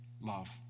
love